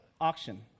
auction